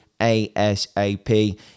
ASAP